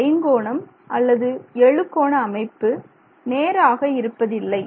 ஒரு ஐங்கோணம் அல்லது எழுகோண அமைப்பு நேராக இருப்பதில்லை